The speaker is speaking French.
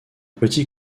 petit